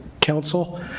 council